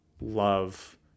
love